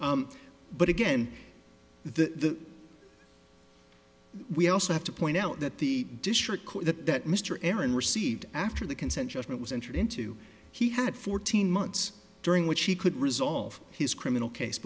relief but again the we also have to point out that the district court that that mr aaron received after the consent judgment was entered into he had fourteen months during which he could resolve his criminal case